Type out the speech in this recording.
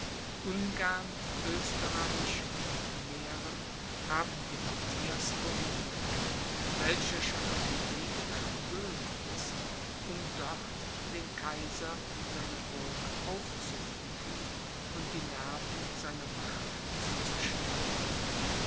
oesterreich und mähren haben dem matthias gehuldigt welcher schon auf dem wege nach böhmen ist um dort den kaiser in seiner burg aufzusuchen und die nerven seiner macht zu zerschneiden